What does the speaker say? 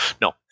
no